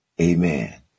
Amen